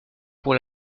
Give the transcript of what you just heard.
pour